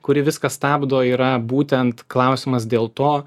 kuri viską stabdo yra būtent klausimas dėl to